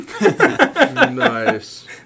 Nice